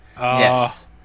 Yes